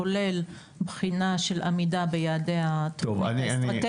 כולל בחינה של עמידה ביעדי התוכנית האסטרטגית.